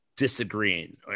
disagreeing